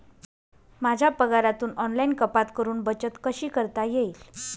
माझ्या पगारातून ऑनलाइन कपात करुन बचत कशी करता येईल?